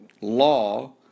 law